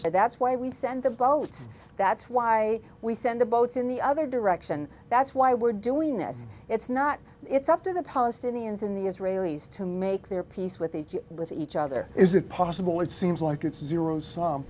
so that's why we send the votes that's why we send the boats in the other direction that's why we're doing this it's not it's up to the palestinians in the israelis to make their peace with each with each other is it possible it seems like it's zero